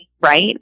right